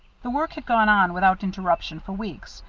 the work had gone on without interruption for weeks,